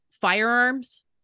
firearms